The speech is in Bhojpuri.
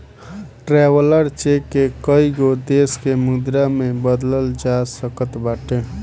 ट्रैवलर चेक के कईगो देस के मुद्रा में बदलल जा सकत बाटे